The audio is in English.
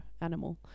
animal